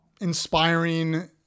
inspiring